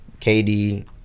KD